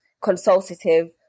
consultative